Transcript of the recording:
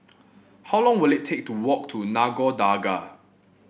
how long will it take to walk to Nagore Dargah